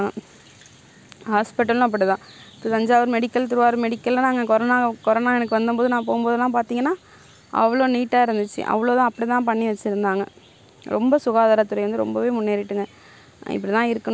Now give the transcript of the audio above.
செலவு ஏன்னா வந்து இது இப்போயாச்சும் வந்து இப்போ என்ரோல்மென்ட்டு வந்து அதிகரிக்கும் தமிழ் மீடியத்தில் அப்படினு ஒரு ஊக்குவிக்கிறதுக்காக இந்த திட்டத்தலாம் கொண்டுகிட்டு இருக்காங்க அதே போல வந்து இந்த கவர்மெண்ட்டு எக்ஸாமில் வந்து தமிழ் மீடியத்தில் படிச்சவங்களுக்கு வந்து